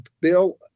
bill